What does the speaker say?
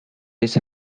this